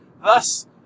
thus